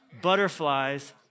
Butterflies